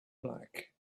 black